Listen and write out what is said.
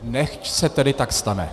Nechť se tedy tak stane.